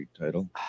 title